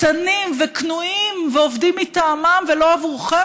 קטנים וכנועים ועובדים מטעמם ולא עבורכם,